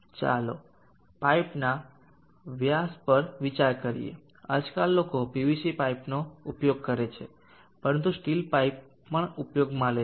ચાલો પાઇપના વ્યાસ પર વિચાર કરીએ આજકાલ લોકો પીવીસી પાઈપોનો ઉપયોગ કરે છે પરંતુ સ્ટીલ પાઇપ પણ ઉપયોગમાં છે